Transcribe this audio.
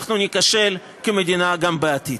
אנחנו ניכשל כמדינה גם בעתיד.